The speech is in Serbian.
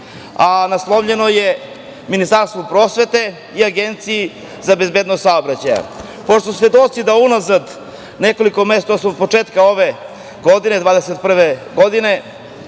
a naslovljeno je Ministarstvu prosvete i Agenciji za bezbednost saobraćaja. Pošto smo svedoci da unazad nekoliko meseci, odnosno od početka 2021. godine,